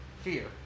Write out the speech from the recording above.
fear